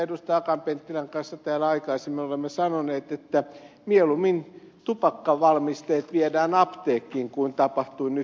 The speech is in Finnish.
akaan penttilän kanssa täällä aikaisemmin olemme sanoneet että mieluummin tupakkavalmisteet viedään apteekkiin kuin päinvastoin siten kuin nyt tapahtui